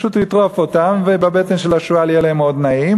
פשוט הוא יטרוף אותם ובבטן של השועל יהיה להם מאוד נעים.